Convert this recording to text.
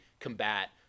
combat